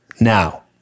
Now